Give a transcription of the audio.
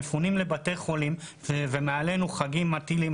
מפונים לבתי חולים ומעלינו חגים הטילים